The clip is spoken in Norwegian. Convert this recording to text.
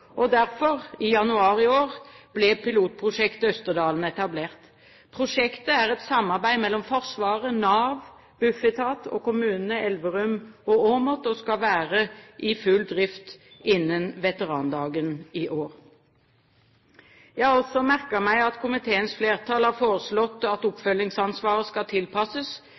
Derfor, i januar i år, ble pilotprosjekt Østerdalen etablert. Prosjektet er et samarbeid mellom Forsvaret, Nav, Bufetat og kommunene Elverum og Åmot, og skal være i full drift innen veterandagen i år. Jeg har også merket meg at komiteens flertall har foreslått at oppfølgingsansvaret skal tilpasses